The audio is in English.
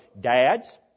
dads